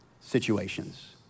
situations